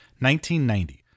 1990